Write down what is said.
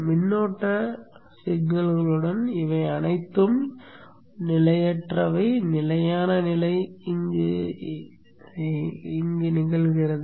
தற்போதைய சமிக்ஞைகளுடன் இவை அனைத்தும் நிலையற்றவை மற்றும் நிலையான நிலை இங்கு எங்காவது நிகழ்கிறது